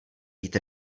být